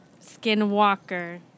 skinwalker